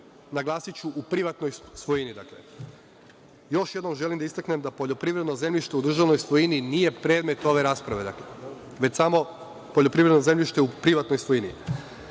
naglasiću u privatnoj svojini. Još jednom želim da istaknem da poljoprivredno zemljište u državnoj svojini nije predmet ove rasprave, već samo poljoprivredno zemljište u privatnoj svojini. Dakle,